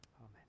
Amen